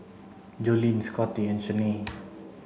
Jolene Scottie and Shanae